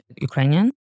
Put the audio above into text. Ukrainian